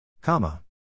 Comma